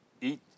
eat